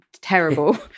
terrible